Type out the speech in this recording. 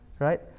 right